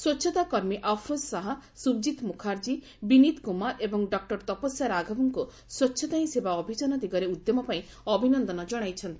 ସ୍ୱଚ୍ଛତା କର୍ମୀ ଆଫ୍ରୋଜ୍ ଶାହା ସୁଭଜିତ୍ ମୁଖାର୍ଜୀ ବିନୀତ୍ କୁମାର ଏବଂ ଡକ୍କର ତପସ୍ୟା ରାଘବଙ୍କୁ ସ୍ୱଚ୍ଛତା ହି ସେବା ଅଭିଯାନ ଦିଗରେ ଉଦ୍ୟମ ପାଇଁ ଅଭିନନ୍ଦନ କଣାଇଛନ୍ତି